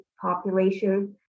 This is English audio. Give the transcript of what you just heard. population